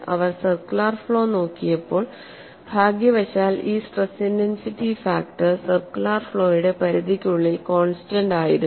അവർ circular flow നോക്കിയപ്പോൾ ഭാഗ്യവശാൽ ഈ സ്ട്രെസ് ഇന്റെൻസിറ്റി ഫാക്ടർ സർക്കുലർ ഫ്ലോയുടെ പരിധിക്കുള്ളിൽ കോൺസ്റ്റന്റ് ആയിരുന്നു